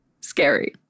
scary